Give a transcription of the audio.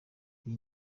iyi